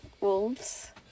wolves